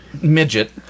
midget